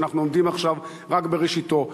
שאנחנו עומדים עכשיו רק בראשיתו.